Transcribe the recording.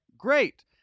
Great